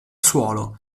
suolo